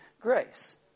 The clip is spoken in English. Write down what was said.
grace